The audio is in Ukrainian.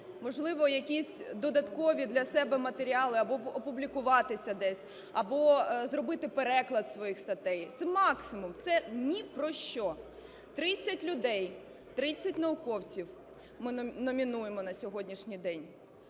можливо, якісь додаткові для себе матеріали або опублікуватися десь, або зробити переклад своїх статей – це максимум, це ні про що. 30 людей, 30 науковців ми номінуємо на сьогоднішній день.